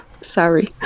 sorry